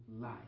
life